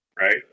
right